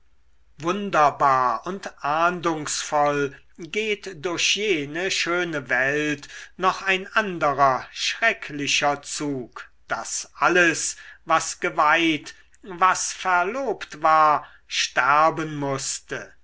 wunderbar und ahndungsvoll geht durch jene schöne welt noch ein anderer schrecklicher zug daß alles was geweiht was verlobt war sterben mußte